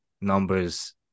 numbers